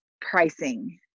pricing